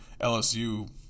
LSU